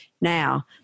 Now